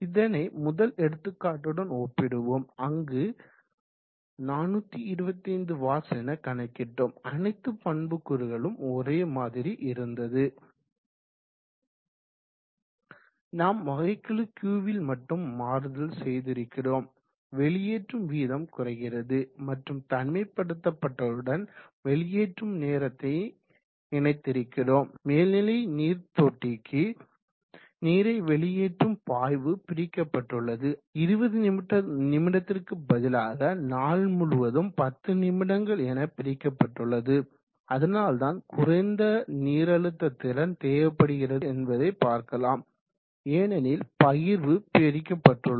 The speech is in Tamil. இதனை முதல் எடுத்துக்காட்டுடன் ஒப்பிடுவோம் அங்கு 425 வாட்ஸ் என கணக்கிட்டோம் அனைத்து பண்புக்கூறுகளும் ஒரே மாதிரி இருந்தது நாம் வகைக்கெழு Q ல் மட்டும் மாறுதல் செய்திருக்கிறோம் வெளியேற்றும் வீதம் குறைகிறது மற்றும் தனிமைப்படுத்தப்பட்டதுடன் வெளியேற்றும் நேரத்தை இணைத்திருக்கிறோம் மேல்நிலை நீர் தொட்டிக்கு நீரை வெளியேற்றும் பாய்வு பிரிக்கப்பட்டுள்ளது அது 20நிமிடத்திற்கு பதிலாக நாள் முழுவதும் 10 நிமிடங்கள் என பிரிக்கப்பட்டுள்ளது அதனால்தான் குறைந்த நீரழுத்த திறன் தேவைப்படுகிறது என்பதை பார்க்கலாம் ஏனேனில் பகிர்வு பிரிக்கப்பட்டுள்ளது